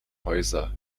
häuser